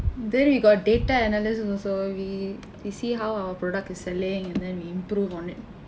then we got data analysts also we we see how our product is selling and then we improve on it